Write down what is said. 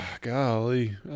golly